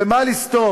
/ במה לסתום?